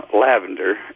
lavender